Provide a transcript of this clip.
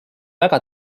väga